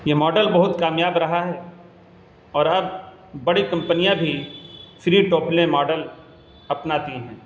یہ ماڈل بہت کامیاب رہا ہے اور اب بڑی کمپنیاں بھی فری ٹوپلے ماڈل اپناتی ہیں